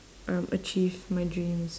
um achieve my dreams